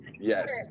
yes